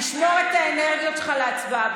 תשמור את האנרגיות שלך להצבעה,